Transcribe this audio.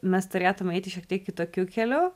mes turėtume eiti šiek tiek kitokiu keliu